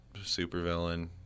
supervillain